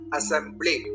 Assembly